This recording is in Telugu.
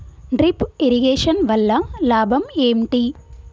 డ్రిప్ ఇరిగేషన్ వల్ల లాభం ఏంటి?